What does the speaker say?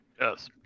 Yes